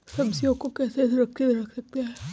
सब्जियों को कैसे सुरक्षित रख सकते हैं?